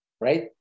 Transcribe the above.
right